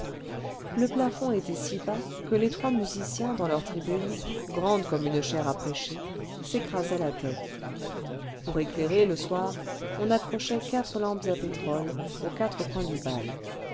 le plafond était si bas que les trois musiciens dans leur tribune grande comme une chaire à prêcher s'écrasaient la tête pour éclairer le soir on accrochait quatre lampes à pétrole aux quatre coins du bal